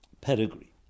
pedigree